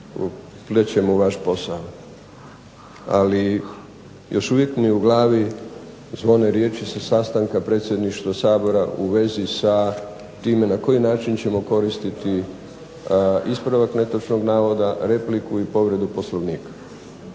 uplećem u vaš posao, ali još uvijek mi u glavi zvone riječi sa sastanka predsjedništva Sabora u vezi sa time na koji način ćemo koristiti ispravak netočnog navoda, repliku i povredu Poslovnika.